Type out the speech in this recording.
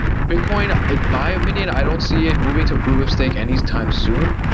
bitcoin in my opinion, i don't see it moving to proof of stake anytime soon,